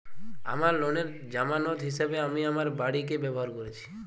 আমার লোনের জামানত হিসেবে আমি আমার বাড়িকে ব্যবহার করেছি